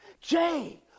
Jay